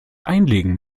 einlegen